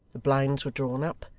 the blinds were drawn up,